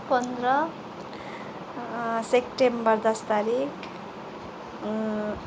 पन्ध्र सेप्टेम्बर दस तारिख